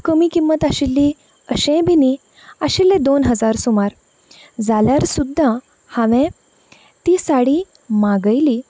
खूब कमी किंम्मत आशिल्ली अशेंय बी न्ही आशिल्ले दोन हजार सुमार जाल्यार सुद्दां हांवें ती साडी मागयली